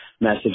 message